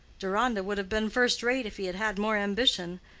deronda would have been first-rate if he had had more ambition,